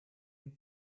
and